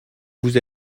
vous